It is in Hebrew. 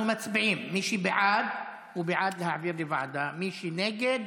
אם השר מתנגד,